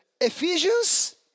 Ephesians